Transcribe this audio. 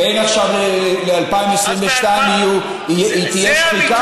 בין עכשיו ל-2022 תהיה שחיקה?